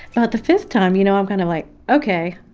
about the fifth time, you know, i'm kind of like, okay,